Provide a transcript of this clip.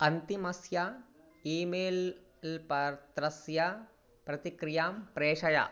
अन्तिमस्य email पात्रस्य प्रतिक्रियां प्रेषय